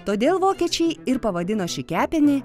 todėl vokiečiai ir pavadino šį kepinį